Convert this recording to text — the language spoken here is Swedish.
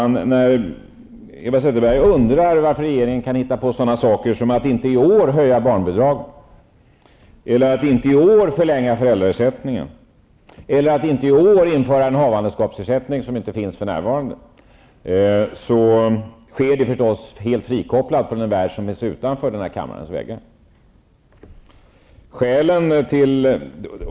När Eva Zetterberg undrar varför regeringen kan hitta på sådana saker som att inte i år höja barnbidragen, att inte i år förlänga föräldraersättningen eller att inte i år införa en havandeskapsersättning -- något som inte finns för närvarande -- vill jag säga att det för Eva Zetterbergs del naturligtvis sker helt frikopplat från den värld som finns utanför denna kammares väggar.